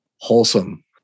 wholesome